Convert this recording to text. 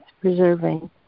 preserving